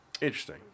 Interesting